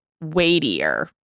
weightier